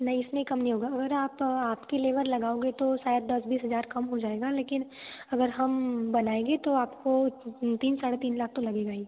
नहीं इसमें कम नहीं होगा अगर आप आपके लेबर लगाओगे तो शायद दस बीस हजार कम हो जाएगा लेकिन अगर हम बनाएंगे तो आपको तीन साढ़े तीन लाख तो लगेगा ही